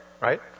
right